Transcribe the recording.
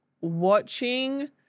watching